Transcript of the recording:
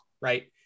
right